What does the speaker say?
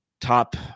top